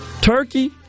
Turkey